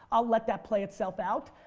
i'll let that play itself out.